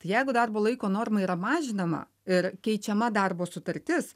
jeigu darbo laiko norma yra mažinama ir keičiama darbo sutartis